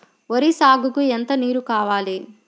వరి సాగుకు ఎంత నీరు కావాలి?